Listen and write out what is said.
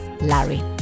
Larry